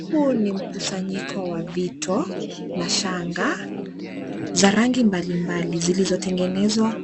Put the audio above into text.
Huu ni mkusanyiko wa vito na shanga za rangi mbalimbali zilizotengenezwa